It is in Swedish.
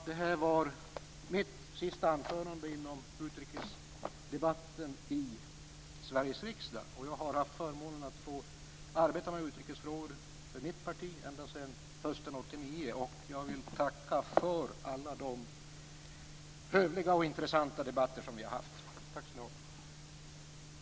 Det här var mitt sista anförande i utrikesdebatten i Sveriges riksdag. Jag har haft förmånen att få arbeta med utrikesfrågor för mitt parti ända sedan hösten 1989. Jag vill tacka för alla de hövliga och intressanta debatter som vi har haft. Tack skall ni ha!